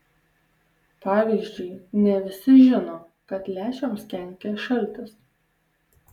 pavyzdžiui ne visi žino kad lęšiams kenkia šaltis